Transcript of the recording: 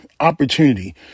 opportunity